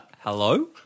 hello